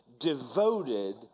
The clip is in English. devoted